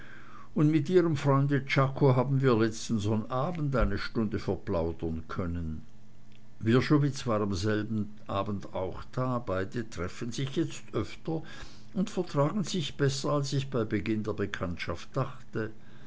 und mit ihrem freunde czako haben wir letzten sonnabend eine stunde verplaudern können wrschowitz war an demselben abend auch da beide treffen sich jetzt öfter und vertragen sich besser als ich bei beginn der bekanntschaft dachte